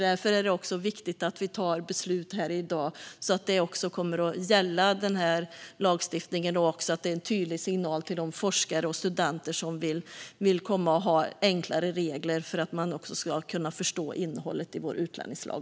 Därför är det också viktigt att vi tar ett beslut här i dag, så att vi sänder en tydlig signal till forskare och studenter som vill ha enklare regler, och att de också ska förstå innehållet i vår utlänningslag.